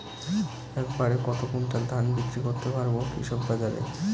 এক বাড়ে কত কুইন্টাল ধান বিক্রি করতে পারবো কৃষক বাজারে?